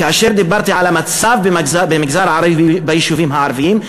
כאשר דיברתי על המצב ביישובים הערביים.